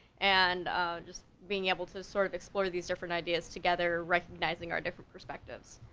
and just being able to sort of explore these different ideas together, recognizing our different perspectives.